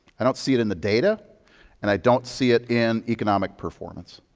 i don't see it in the data and i don't see it in economic performance,